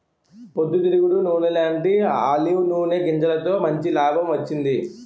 పొద్దు తిరుగుడు నూనెలాంటీ ఆలివ్ నూనె గింజలతో మంచి లాభం వచ్చింది